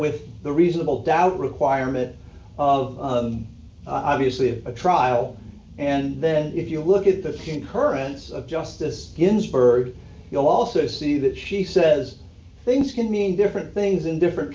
with the reasonable doubt requirement of obviously of a trial and then if you look at the concurrence of justice ginsburg you'll also see that she says things can mean different things in different